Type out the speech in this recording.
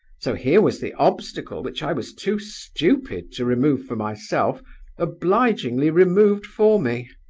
so here was the obstacle which i was too stupid to remove for myself obligingly removed for me!